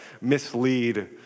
mislead